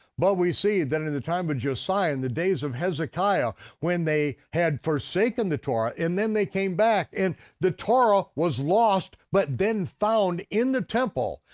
but we see that in in the time of josiah and the days of hezekiah, when they had forsaken the torah and then they came back, and the torah was lost but then found in the temple,